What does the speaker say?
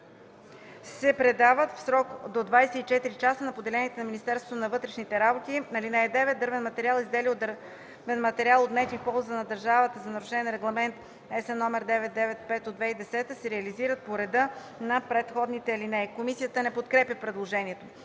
се предават в срок до 24 часа на поделенията на Министерството на вътрешните работи. (9) Дървен материал и изделия от дървен материал, отнети в полза на държавата за нарушение на Регламент (ЕС) № 995/2010 г., се реализират по реда на предходните алинеи.” Комисията не подкрепя предложението.